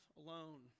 alone